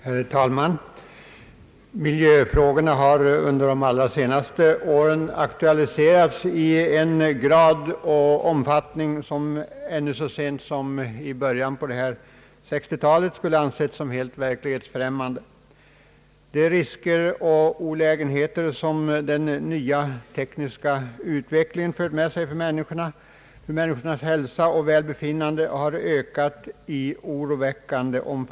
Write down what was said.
Herr talman! Miljöfrågorna har under de allra senaste åren aktualiserats i en grad och en omfattning som ännu så sent som i början av 1960-talet skulle ha ansetts helt verklighetsfrämmande. De risker och olägenheter som den nya tekniska utvecklingen fört med sig för människornas hälsa och välbefinnande har ökat oroväckande.